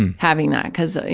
and having that, because,